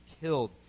killed